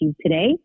today